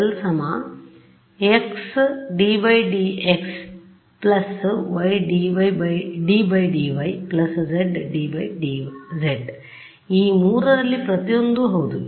∇≡ xˆ ∂∂x yˆ ∂∂y zˆ ∂∂z ಈ ಮೂರರಲ್ಲಿ ಪ್ರತಿಯೊಂದೂ ಹೌದು